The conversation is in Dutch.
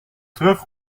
terug